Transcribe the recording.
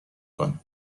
کنه